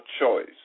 choice